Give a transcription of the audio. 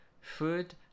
Food